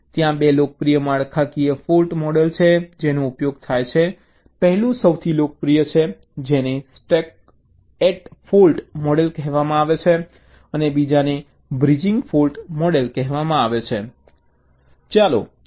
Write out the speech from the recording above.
ત્યાં 2 લોકપ્રિય માળખાકીય ફૉલ્ટ મોડલ છે જેનો ઉપયોગ થાય છે પહેલું સૌથી લોકપ્રિય છે તેને સ્ટક એટ ફૉલ્ટ મોડલ કહેવાય છે અને બીજાને બ્રિજિંગ ફૉલ્ટ મોડલ કહેવામાં આવે છે